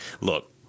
look